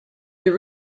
you